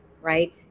right